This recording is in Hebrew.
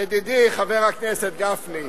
ידידי חבר הכנסת גפני,